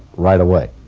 right away?